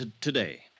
Today